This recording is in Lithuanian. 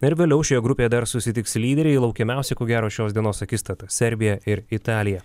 na ir vėliau šioje grupėje dar susitiks lyderiai laukiamiausia ko gero šios dienos akistata serbija ir italija